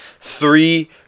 three